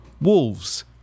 Wolves